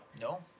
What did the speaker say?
No